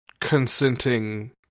consenting